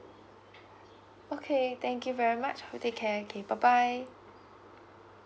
okay thank you very much take care okay bye bye